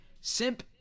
Simp